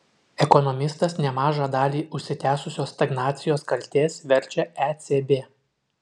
ekonomistas nemažą dalį užsitęsusios stagnacijos kaltės verčia ecb